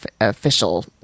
official